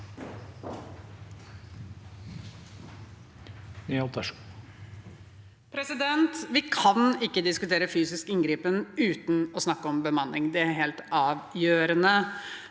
Vi kan ikke disku- tere fysisk inngripen uten å snakke om bemanning, det er helt avgjørende.